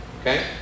Okay